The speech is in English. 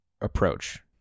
approach